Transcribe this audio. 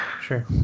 sure